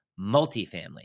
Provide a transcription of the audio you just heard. multifamily